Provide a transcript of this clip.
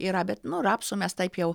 yra bet nu rapsų mes taip jau